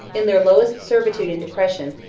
in their lowest servitude and depression,